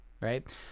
right